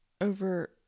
over